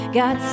got